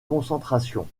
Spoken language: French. concentrations